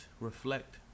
reflect